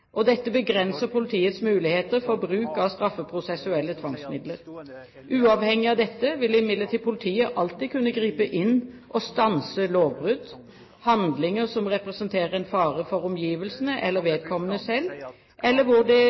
Dette begrenser politiets muligheter for bruk av straffeprosessuelle tvangsmidler. Uavhengig av dette vil imidlertid politiet alltid kunne gripe inn og stanse lovbrudd, handlinger som representerer en fare for omgivelsene eller vedkommende selv, eller der det